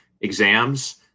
exams